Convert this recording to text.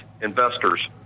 investors